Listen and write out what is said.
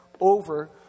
over